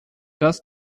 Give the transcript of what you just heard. das